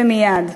ומייד.